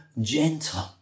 gentle